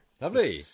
lovely